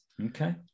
Okay